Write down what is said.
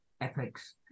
ethics